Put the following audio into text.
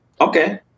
Okay